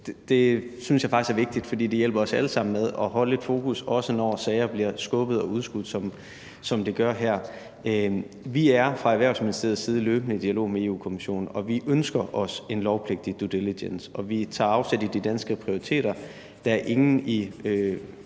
Det synes jeg faktisk er vigtigt, for det hjælper os alle sammen med at holde fokus, også når sager bliver skubbet og udskudt, som det er tilfældet her. Vi er fra Erhvervsministeriets side løbende i dialog med Europa-Kommissionen, vi ønsker os en lovpligtig due diligence, og vi tager afsæt i de danske prioriteter. Der er ingen i